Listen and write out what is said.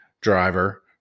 driver